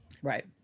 right